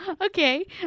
Okay